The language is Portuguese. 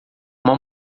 uma